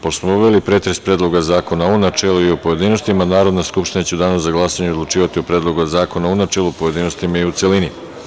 Pošto smo obavili pretres Predloga zakona u načelu i u pojedinostima, Narodna skupština će u Danu za glasanje odlučivati o Predlogu zakona u načelu, pojedinostima i u celini.